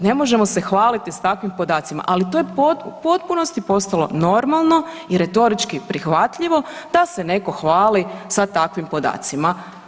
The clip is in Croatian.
Ne možemo se hvaliti s takvim podacima, ali to u potpunosti postalo normalno i retorički prihvatljivo da se netko hvali sa takvim podacima.